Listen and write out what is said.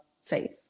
safe